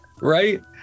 Right